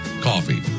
coffee